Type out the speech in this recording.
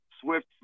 Swift –